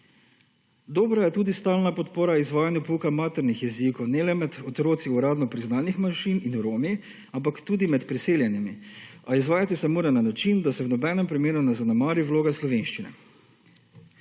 Dobro je tudi stalna podpora izvajanja pouka maternih jezikov, ne le med otroci uradno priznanih manjšin in Romi, ampak tudi med priseljenimi. A izvajati se mora na način, da se v nobenem primeru ne zanemari vloga slovenščine.